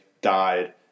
died